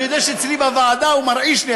אני יודע שאצלי בוועדה הוא מרעיש לי,